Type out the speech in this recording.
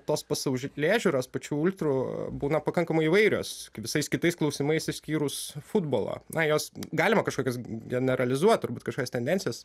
tos pasaulėžiūros pačių ultrų būna pakankamai įvairios visais kitais klausimais išskyrus futbolą na jos galima kažkokias generalizuot turbūt kažkokias tendencijas